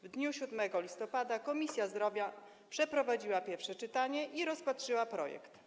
W dniu 7 listopada Komisja Zdrowia przeprowadziła pierwsze czytanie i rozpatrzyła projekt.